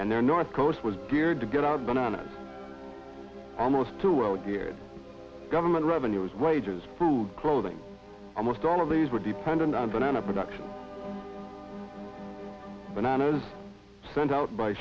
and their north coast was geared to get out bananas are most to well geared government revenues wages food clothing and most all of these were dependent on banana production bananas sent out by